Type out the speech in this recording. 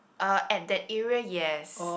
uh at that area yes